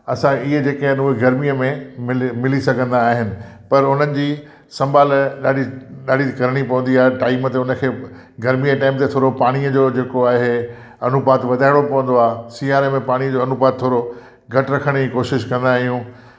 असां इहे जेके आहिनि उहे गर्मीअ में मिले मिली सघंदा आहिनि पर उन्हनि जी संभालु ॾाढी ॾाढी थी करिणी पवंदी आहे टाइम ते उन खे गर्मीअ जे टाइम ते थोरो पाणीअ जो जेको आहे अनुपात वधाइणो पवंदो आहे सियारे में पाणी जो अनुपात थोरो घटि रखण जी कोशिशि कंदा आहियूं